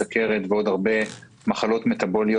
בסוכרת ובעוד הרבה מחלות מטבוליות.